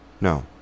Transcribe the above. No